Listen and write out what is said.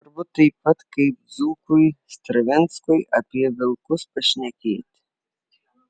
svarbu taip pat kaip dzūkui stravinskui apie vilkus pašnekėti